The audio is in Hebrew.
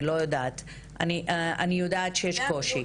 אני יודעת שיש קושי.